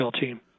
team